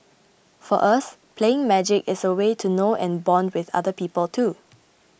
for us playing Magic is a way to know and bond with other people too